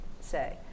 say